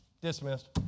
Dismissed